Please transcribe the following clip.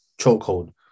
chokehold